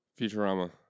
Futurama